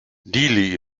dili